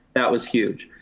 that was huge.